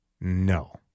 No